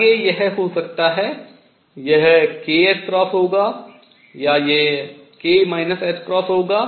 आगे यह हो सकता है तो यह kℏ होगा या यह k ℏ होगा